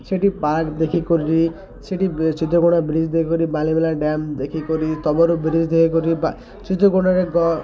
ସେଠି ପାର୍କ ଦେଖିକରି ସେଠି ଚିତ୍ରକୋଣା ବ୍ରିଜ ଦେଇ କରି ବାଲିମେଲା ଡ୍ୟାମ୍ ଦେଖିକରି ତବର ବ୍ରିଜ ଦେଇ କରି ବା ଚିତ୍ରକୋଣାରେ